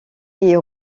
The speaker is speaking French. est